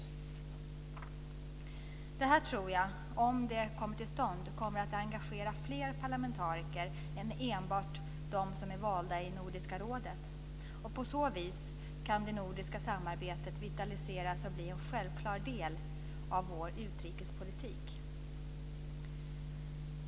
Om det här kommer till stånd kommer det, tror jag, att engagera fler parlamentariker än enbart de som är valda i Nordiska rådet. På så vis kan det nordiska samarbetet vitaliseras och bli en självklar del av vår utrikespolitik.